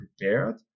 prepared